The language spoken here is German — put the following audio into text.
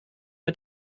mit